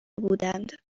بودند